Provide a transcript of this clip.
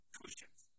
cushions